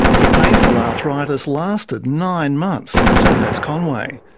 the painful arthritis lasted nine months for topaz conway.